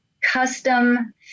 custom